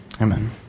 Amen